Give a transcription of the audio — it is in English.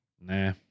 Nah